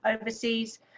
overseas